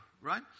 right